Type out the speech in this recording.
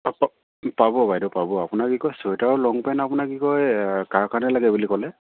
পাব বাইদেউ পাব আপোনাৰ কি কয় চুৱেটাৰ আৰু লং পেণ্ট আপোনাৰ কি কয় কাৰ কাৰণে লাগে বুলি ক'লে